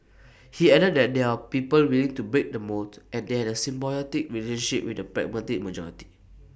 he added that there people willing to break the mould and they had symbiotic relationship with the pragmatic majority